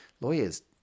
Lawyers